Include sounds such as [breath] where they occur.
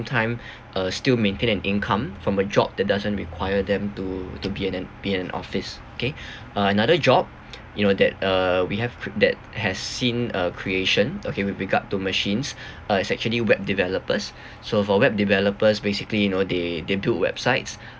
time uh still maintain an income from a job that doesn't require them to to be in an be in an office kay [breath] uh another job [noise] you know that uh we have pre~ that has seen uh creation okay with regard to machines [breath] uh it's actually web developers [breath] so for web developers basically you know they they build websites